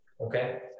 okay